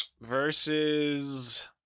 versus